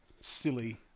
silly